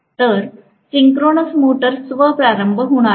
तर synchronous motor स्व प्रारंभ होणार नाही